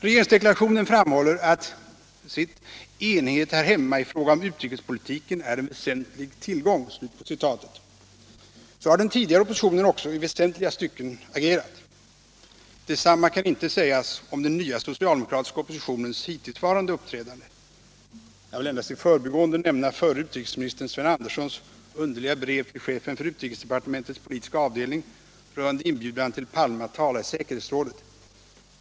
Regeringsdeklarationen framhåller att ”enighet här hemma i fråga om utrikespolitiken är en väsentlig tillgång”. Så har den tidigare oppositionen också i väsentliga stycken agerat. Detsamma kan inte sägas om den nya socialdemokratiska oppositionens hittillsvarande uppträdande. Jag vill endast i förbigående nämna förre utrikesministern Sven Anderssons underliga brev till chefen för utrikesdepartementets politiska avdelning rörande inbjudan till herr Palme att tala i säkerhetsrådet.